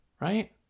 right